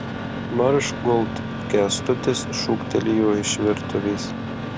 marš gult kęstutis šūktelėjo iš virtuvės